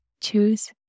Choose